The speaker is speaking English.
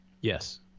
Yes